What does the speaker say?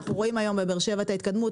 אנחנו רואים היום את ההתקדמות בבאר שבע.